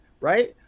right